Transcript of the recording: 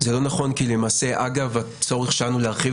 זה לא נכון כי למעשה אגב הצורך שלנו להרחיב